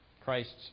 Christ's